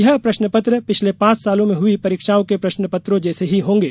यह प्रश्नपत्र पिछले पांच सालों में हुई परीक्षाओं के प्रश्नपत्रों जैसे ही होंगे